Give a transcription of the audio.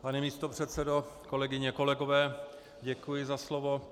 Pane místopředsedo, kolegyně, kolegové, děkuji za slovo.